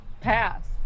Pass